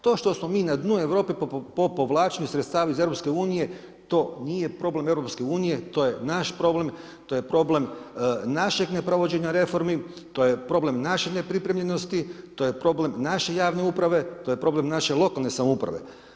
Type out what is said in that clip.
To što smo mi na dnu Europe po povlačenju sredstava iz EU to nije problem EU, to je naš problem, to je problem našeg neprovođenja reformi, to je problem naše nepripremljenosti, to je problem naše javne uprave, to je problem naše lokalne samouprave.